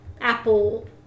apple